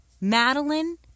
Madeline